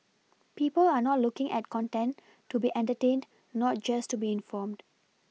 people are not looking at content to be entertained not just to be informed